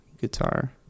guitar